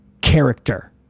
character